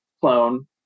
clone